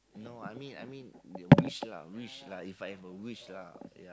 no I mean I mean wish lah wish lah If I have a wish lah ya